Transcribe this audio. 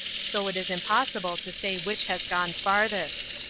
so it is impossible to say which has gone farthest.